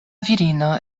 virino